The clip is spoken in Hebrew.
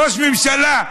ראש ממשלה,